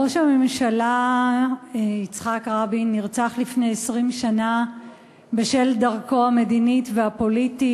ראש הממשלה יצחק רבין נרצח לפני 20 שנה בשל דרכו המדינית והפוליטית,